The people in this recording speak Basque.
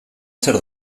zer